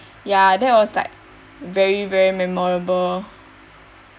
ya that was like very very memorable